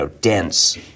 dense